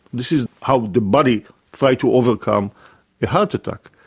this is how the body fights to overcome the heart attack.